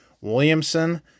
Williamson